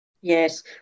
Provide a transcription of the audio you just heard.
Yes